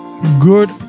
good